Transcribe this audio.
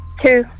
Two